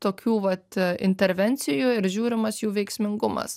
tokių vat intervencijų ir žiūrimas jų veiksmingumas